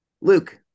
Luke